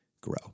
grow